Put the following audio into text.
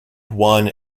one